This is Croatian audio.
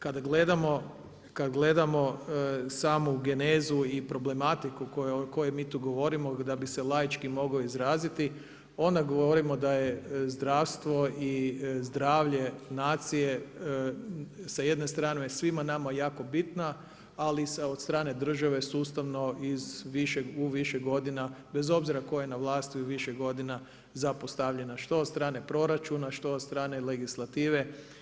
Kada gledamo samu genezu i problematiku o kojoj mi tu govorimo da bi se laički mogao izraziti onda govorimo da je zdravstvo i zdravlje nacije sa jedne strane svima nama jako bitna ali od strane države sustavno iz više, u više godina bez obzira tko je na vlasti u više godina zapostavljena što od strane proračuna što od strane legislative.